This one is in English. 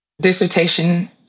dissertation